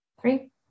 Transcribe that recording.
Three